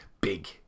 Big